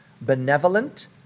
benevolent